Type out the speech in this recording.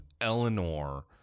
Eleanor